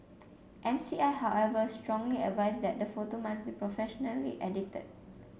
M C I however strongly advised that the photo must be professionally edited